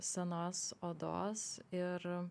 senos odos ir